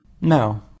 no